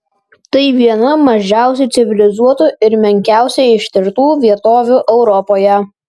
tai viena mažiausiai civilizuotų ir menkiausiai ištirtų vietovių europoje